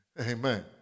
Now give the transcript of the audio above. Amen